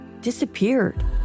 disappeared